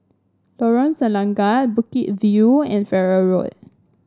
Lorong Selangat Bukit View and Farrer Road